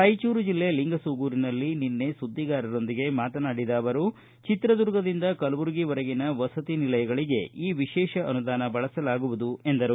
ರಾಯಚೂರು ಜಿಲ್ಲೆ ಲಿಂಗಸೂಗುರಿನಲ್ಲಿ ನಿನ್ನೆ ಸುದ್ದಿಗಾರರೊಂದಿಗೆ ಮಾತನಾಡಿದ ಅವರು ಚಿತ್ರದುರ್ಗದಿಂದ ಕಲಬುರಗಿವರೆಗಿನ ವಸತಿ ನಿಲಯಗಳಿಗೆ ಈ ವಿಶೇಷ ಅನುದಾನ ಬಳಸಲಾಗುವುದು ಎಂದರು